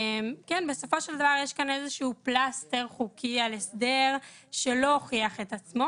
בסופו של דבר יש כאן איזשהו פלסטר חוקי על הסדר שלא הוכיח את עצמו.